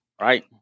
right